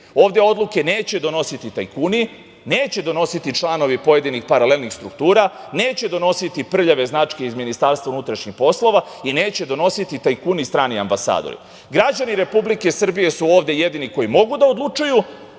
ovde odluke neće donositi tajkuni, neće donositi članovi pojedinih paralelnih struktura, neće donositi prljave značke iz Ministarstva unutrašnjih poslova i neće donositi tajkuni i strani ambasadori. Građani Republike Srbije su ovde jedini koji mogu da odlučuju,